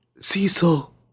Cecil